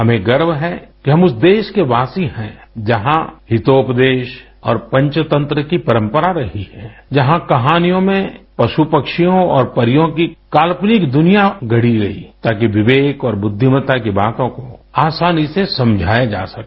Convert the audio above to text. हमें गर्व है कि हम उस देश के वासी है जहाँ हितोपदेश और पंचतंत्र की परंपरा रही है जहाँ कहानियों में पश्ञ पक्षियों और परियों की काल्पनिक दुनिया गढ़ी गयी ताकि विवेक और बुद्धिमता की बातों को आसानी से समझाया जा सके